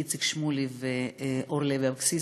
איציק שמולי ואורלי לוי אבקסיס,